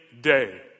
day